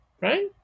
right